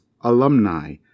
alumni